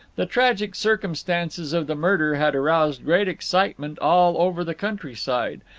the tragic circumstances of the murder had aroused great excitement all over the countryside,